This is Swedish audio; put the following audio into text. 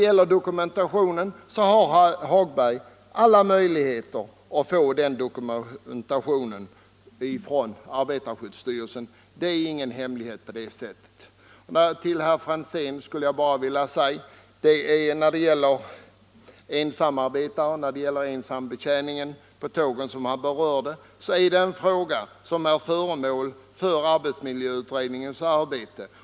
Herr Hagberg har alla möjligheter att få dokumentationen från arbetarskyddsstyrelsen. Den är inte hemlig. Jag skulle vilja säga till herr Franzén i Stockholm att frågan om enmansbetjäningen på tåg är föremål för arbetsmiljöutredningens arbete.